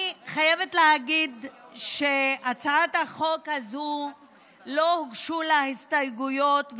אני חייבת להגיד שלהצעת החוק הזו לא הוגשו הסתייגויות,